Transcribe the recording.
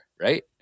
right